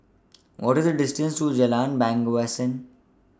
What IS The distance to Jalan Bangsawan